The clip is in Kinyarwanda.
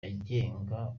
agenga